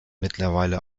mittlerweile